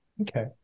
Okay